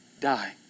die